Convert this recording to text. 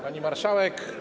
Pani Marszałek!